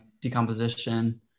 decomposition